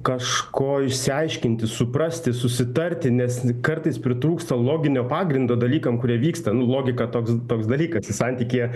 kažko išsiaiškinti suprasti susitarti nes kartais pritrūksta loginio pagrindo dalykam kurie vyksta nu logika toks toks dalykas santykyje